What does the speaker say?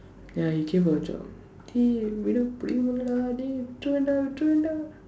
ya he came for a job dey விட :vida dey விட்டுருவேன் டா விட்டுருவேன் டா:vitduruveen daa vitduruveen daa